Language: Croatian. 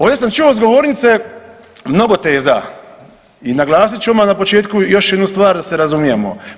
Ovdje sam čuo s govornice mnogo teza i naglasit ću odmah na početku još jednu stvar da se razumijemo.